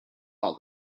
all